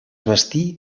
bastí